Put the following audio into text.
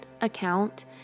account